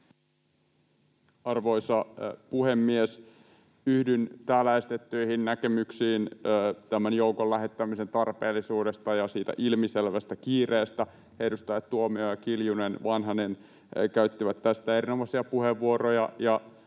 Arvoisa puhemies! Yhdyn täällä esitettyihin näkemyksiin tämän joukon lähettämisen tarpeellisuudesta ja ilmiselvästä kiireestä. Edustajat Tuomioja, Kiljunen ja Vanhanen käyttivät tästä erinomaisia puheenvuoroja,